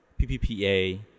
PPPA